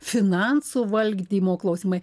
finansų valdymo klausimai